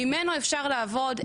ממנו אפשר לעבוד,